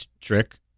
trick